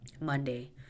Monday